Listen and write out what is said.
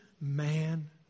man